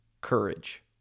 courage